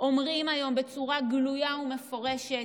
אומרים היום בצורה גלויה ומפורשת: